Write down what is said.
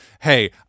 Hey